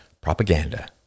propaganda